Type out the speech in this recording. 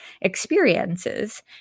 experiences